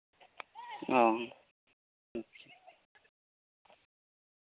ᱚ